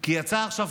כי יצא עכשיו